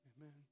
amen